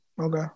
Okay